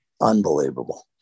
Unbelievable